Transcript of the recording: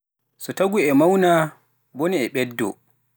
Mbele nguurndam e ɓeydoo saɗtude so a mawnii?